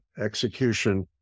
execution